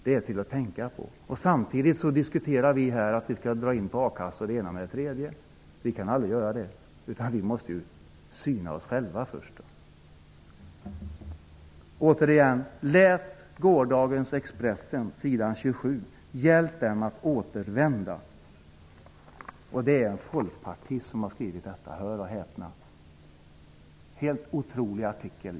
Det är något att tänka på samtidigt som vi här diskuterar att t.ex. dra in på a-kassan. Det kan vi aldrig göra. Vi måste syna oss själva först. Som sagt, läs artikeln på s. 27 i gårdagens Expressen ''Hjälp dem att återvända!''. Det är, hör och häpna, en folkpartist som har skrivit detta. Det är en helt otrolig artikel.